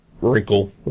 wrinkle